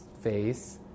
face